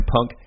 Punk